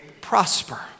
prosper